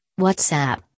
WhatsApp